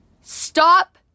stop